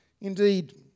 Indeed